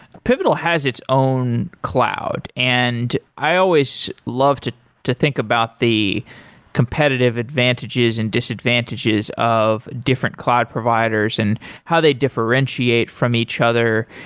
pivotal has its own cloud and i always love to to think about the competitive advantages and disadvantages of different cloud providers and how they differentiate from each other.